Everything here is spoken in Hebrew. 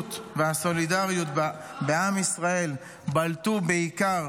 האחדות והסולידריות בעם ישראל בלטו בעיקר